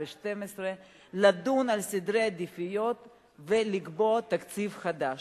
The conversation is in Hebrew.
לדון בסדרי העדיפויות ולקבוע תקציב חדש.